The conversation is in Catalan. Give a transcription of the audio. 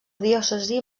diòcesi